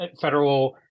federal